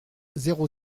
zéro